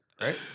right